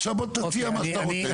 עכשיו בוא תציע את מה שאתה רוצה,